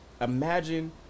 imagine